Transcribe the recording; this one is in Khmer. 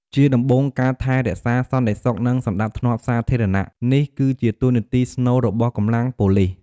ជាដំបូងការថែរក្សាសន្តិសុខ និងសណ្តាប់ធ្នាប់សាធារណនេះគឺជាតួនាទីស្នូលរបស់កម្លាំងប៉ូលិស។